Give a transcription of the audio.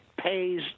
pays